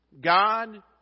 God